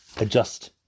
adjust